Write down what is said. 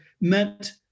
meant